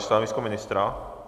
Stanovisko ministra?